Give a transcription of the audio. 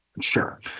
sure